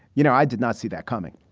you know, i did not see that coming.